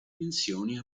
dimensioni